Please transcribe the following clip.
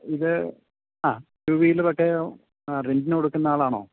ആ ഇത് അ ടൂ വീലറൊക്കെ റെൻ്റിന് കൊടുക്കുന്ന ആളാണോ